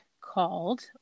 called